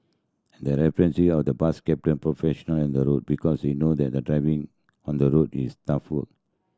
they're respecting of the bus captain professional on the road because they know that the driving on the road is tough work